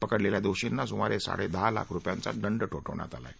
पकडलेल्या दोषींना सुमारे साडे दहा लाख रुपयांचा दंड ठोठावला आहे